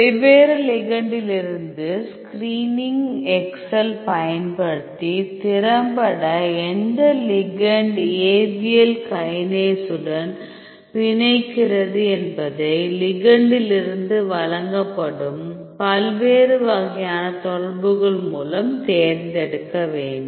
வெவ்வேறு லிகெண்டிலிருந்து screening Excel பயன்படுத்தி திறம்பட எந்த லிகெண்ட் Abl கைனேஸுடன் பிணைக்கிறது என்பதை லிகெண்டிலிருந்து வழங்கப்படும் பல்வேறு வகையான தொடர்புகள் மூலம் தேர்ந்தெடுக்க வேண்டும்